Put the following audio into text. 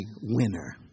winner